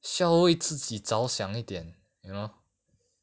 需要为自己着想一点 you know